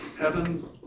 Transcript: heaven